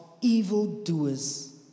evildoers